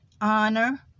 honor